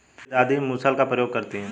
मेरी दादी मूसल का प्रयोग करती हैं